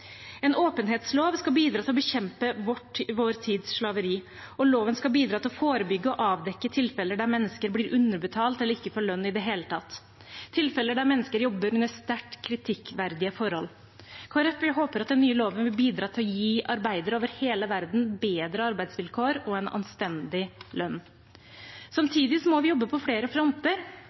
En åpenhetslov skal bidra til å bekjempe vår tids slaveri, og loven skal bidra til å forebygge og avdekke tilfeller der mennesker blir underbetalt eller ikke får lønn i det hele tatt – tilfeller der mennesker jobber under sterkt kritikkverdige forhold. Kristelig Folkeparti håper at den nye loven vil bidra til å gi arbeidere over hele verden bedre arbeidsvilkår og en anstendig lønn. Samtidig må vi jobbe på flere fronter.